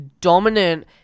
dominant